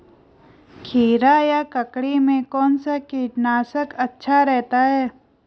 खीरा या ककड़ी में कौन सा कीटनाशक अच्छा रहता है?